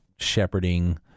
shepherding